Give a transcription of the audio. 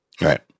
Right